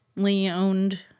owned